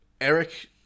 Eric